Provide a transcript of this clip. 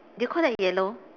do you call that yellow